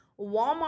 Walmart